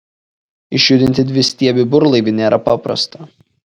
išjudinti dvistiebį burlaivį nėra paprasta